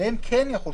שעליהם כן יחול,